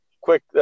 quick